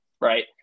right